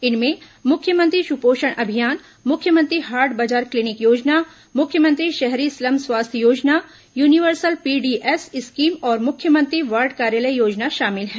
इनमें मुख्यमंत्री सुपोषण अभियान मुख्यमंत्री हाट बाजार क्लीनिक योजना मुख्यमंत्री शहरी स्लम स्वास्थ्य योजना यूनिवर्सल पीडीएस स्कीम और मुख्यमंत्री वार्ड कार्यालय योजना शामिल है